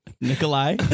Nikolai